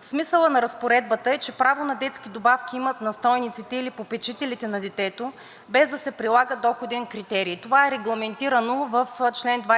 Смисълът на разпоредбата е, че право на детски добавки имат настойниците или попечителите на детето, без да се прилага доходен критерий. Това е регламентирано в чл. 22,